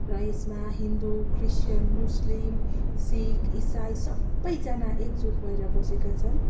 र यसमा हिन्दू क्रिस्टियन मुस्लिम सिख इसाई सबैजना एकजुट भएर बसेका छन्